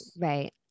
right